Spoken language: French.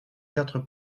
quatre